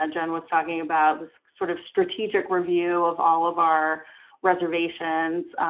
ah jen was talking about the sort of strategic review of all of our reservations,